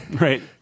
Right